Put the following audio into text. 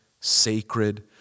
sacred